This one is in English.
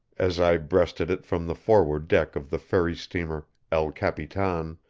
as i breasted it from the forward deck of the ferry steamer, el capitan.